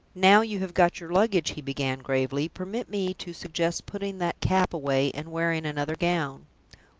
now you have got your luggage, he began, gravely, permit me to suggest putting that cap away, and wearing another gown.